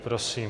Prosím.